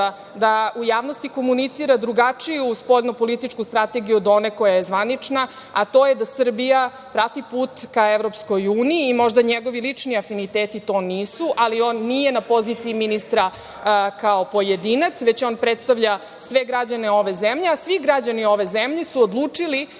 da u javnosti komunicira drugačiju spoljno-političku strategiju od one koja je zvanična, a to je da Srbija prati put ka Evropskoj uniji. Možda njihovi lični afiniteti to nisu, ali on nije na poziciji ministra kao pojedinac, već on predstavlja sve građane ove zemlje, a svi građani ove zemlje su odlučili da